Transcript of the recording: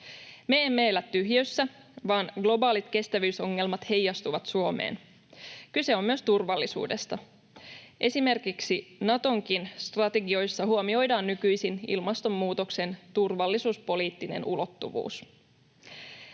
Me emme elä tyhjiössä, vaan globaalit kestävyysongelmat heijastuvat Suomeen. Kyse on myös turvallisuudesta. Esimerkiksi Natonkin strategioissa huomioidaan nykyisin ilmastonmuutoksen turvallisuuspoliittinen ulottuvuus.